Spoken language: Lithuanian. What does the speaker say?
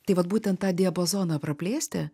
tai vat būtent tą diapazoną praplėsti